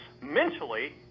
mentally